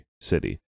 city